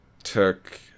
took